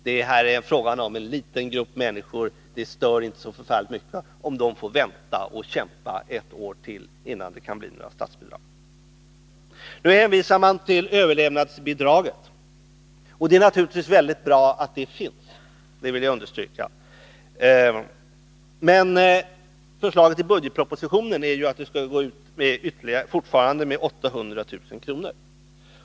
Det är fråga om en liten grupp människor, och det stör inte så mycket om de får vänta och kämpa ett år till innan det blir statsbidrag. Det hänvisas till överlevnadsbidraget, och det är naturligtvis bra att det bidraget finns — jag vill understryka det. Men förslaget i budgetpropositionen är ju att det fortfarande skall utgå med 800 000 kr.